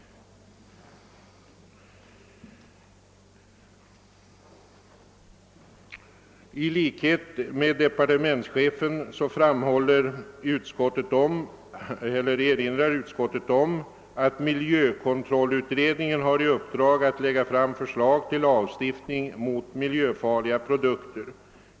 I likhet med departementschefen erinrar utskottet om att miljökontrollutredningen har i uppdrag att lägga fram förslag till lagstiftning mot miljöfarliga produkter.